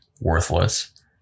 worthless